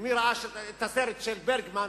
למי שראה את הסרט של ברגמן,